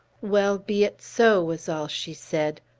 well, be it so, was all she said.